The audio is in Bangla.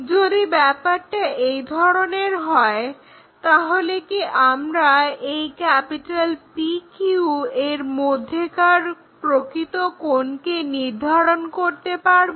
যদি ব্যাপারটা এই ধরনের হয় তাহলে কি আমরা এই PQ এর মধ্যেকার প্রকৃত কোণকে নির্ধারণ করতে পারবো